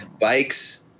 bikes